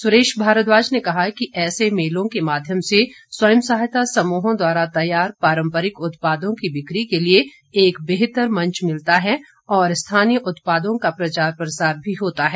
सुरेश भारद्वाज ने कहा कि ऐसे मेलों के माध्यम से स्वयं सहायता समूहों द्वारा तैयार पारम्परिक उत्पादों की बिक्री के लिए एक बेहतर मंच मिलता है और स्थानीय उत्पादों का प्रचार प्रसार भी होता है